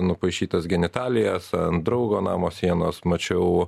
nupaišytas genitalijas ant draugo namo sienos mačiau